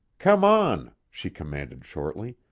come on, she commanded shortly.